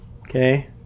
okay